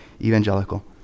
evangelical